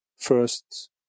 first